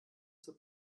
zur